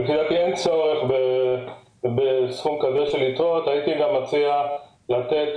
כי אין צורך בסכום כזה של יתרות - והייתי מציע לתת